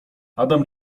adam